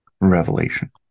revelation